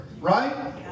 right